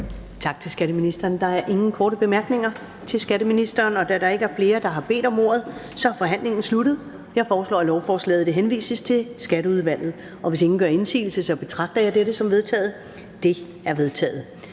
Tak til skatteministeren. Der er ingen korte bemærkninger. Da der ikke er flere, der har bedt om ordet, er forhandlingen sluttet. Jeg foreslår, at lovforslaget henvises til Skatteudvalget. Hvis ingen gør indsigelse, betragter jeg dette som vedtaget. Det er vedtaget.